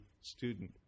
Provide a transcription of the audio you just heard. student